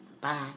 Bye